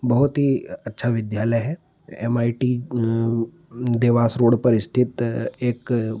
बहोत ही अच्छा विद्यालय है M I T Dewas road पर स्थित एक